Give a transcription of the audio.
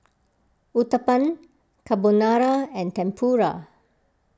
Uthapam Carbonara and Tempura